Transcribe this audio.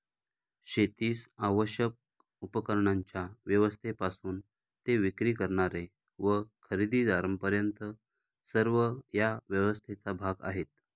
शेतीस आवश्यक उपकरणांच्या व्यवस्थेपासून ते विक्री करणारे व खरेदीदारांपर्यंत सर्व या व्यवस्थेचा भाग आहेत